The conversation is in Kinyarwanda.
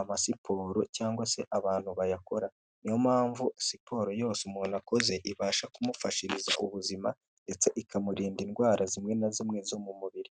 amasiporo cyangwa se abantu bayakora niyo mpamvu siporo yose umuntu akoze ibasha kumufashiriza ubuzima ndetse ikamurinda indwara zimwe na zimwe zo mu mubiri.